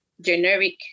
generic